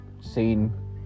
seen